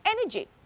energy